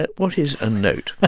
ah what is a note? but